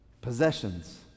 possessions